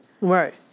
Right